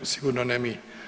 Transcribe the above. Sigurno ne mi.